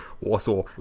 Warsaw